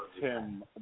Tim